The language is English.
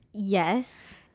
yes